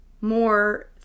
more